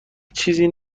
چیزی